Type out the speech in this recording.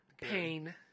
pain